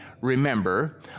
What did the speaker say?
remember